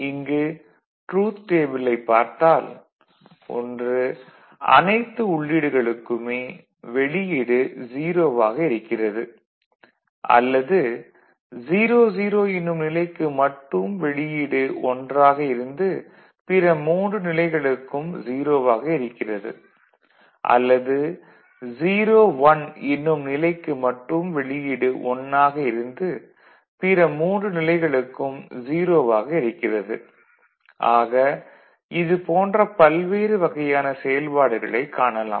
இங்கு இந்த டரூத் டேபிளைப் பார்த்தால் ஒன்று அனைத்து உள்ளீடுகளுக்குமே வெளியீடு 0 வாக இருக்கிறது அல்லது 00 என்னும் நிலைக்கு மட்டும் வெளியீடு 1 ஆக இருந்து பிற மூன்று நிலைகளுக்கும் 0 வாக இருக்கிறது அல்லது 01 என்னும் நிலைக்கு மட்டும் வெளியீடு 1 ஆக இருந்து பிற மூன்று நிலைகளுக்கும் 0 வாக இருக்கிறது - ஆக இது போன்ற பல்வேறு வகையான செயல்பாடுகளைக் காணலாம்